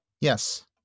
Yes